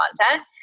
content